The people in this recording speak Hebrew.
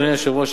אדוני היושב-ראש,